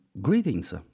greetings